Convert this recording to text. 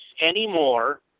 anymore